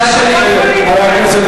לא צריך את הצוות, אתה מגיש מסקנות.